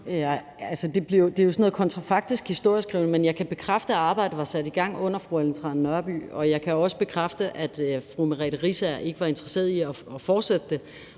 Det er jo kontrafaktisk historieskrivning, men jeg kan bekræfte, at arbejdet var sat i gang under fru Ellen Trane Nørby, og jeg kan også bekræfte, at fru Merete Riisager som minister ikke var interesseret i at fortsætte det,